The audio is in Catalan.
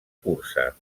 cursa